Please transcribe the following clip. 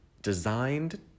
designed